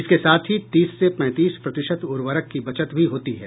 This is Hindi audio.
इसके साथ ही तीस से पैंतीस प्रतिशत उर्वरक की बचत भी होती है